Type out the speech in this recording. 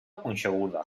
punxeguda